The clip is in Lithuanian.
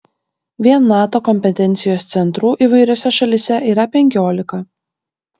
vien nato kompetencijos centrų įvairiose šalyse yra penkiolika